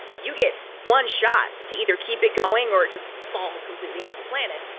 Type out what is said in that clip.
you get one shot to either keep it going or it just falls completely off the planet.